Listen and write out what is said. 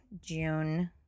June